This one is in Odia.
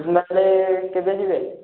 ଏଇ ମାସରେ କେବେ ଯିବେ